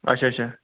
اچھا اچھا